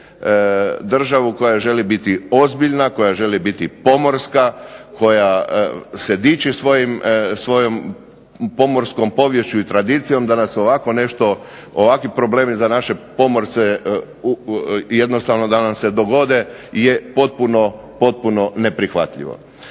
državu koja želi biti ozbiljna, koja želi biti pomorska, koja se diči svojom pomorskom poviješću i tradicijom, da nas ovako nešto, ovakvi problemi za naše pomorci jednostavno da nam se dogode je potpuno neprihvatljivo.